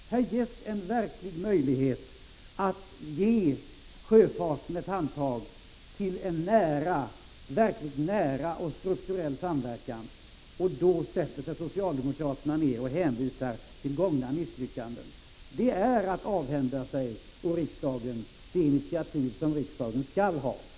Nu erbjuds alltså verkligen en möjlighet att ge sjöfarten ett handtag, i syfte att skapa en mycket nära och strukturell samverkan. Men socialdemokraterna hänvisar bara till tidigare misslyckanden. Det tycker jag är att avhända riksdagen det initiativ som riksdagen skall ha rätt att ta.